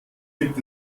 gibt